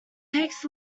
takes